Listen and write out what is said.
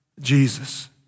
Jesus